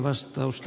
arvoisa puhemies